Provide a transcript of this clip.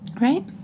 right